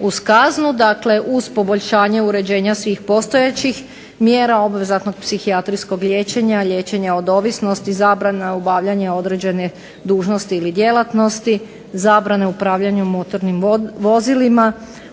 uz kaznu. Dakle uz poboljšanje uređenja svih postojećih mjera, obvezatnog psihijatrijskog liječenja, liječenja od ovisnosti, zabrana obavljanja određene dužnosti ili djelatnosti, zabrane upravljanja motornim vozilima,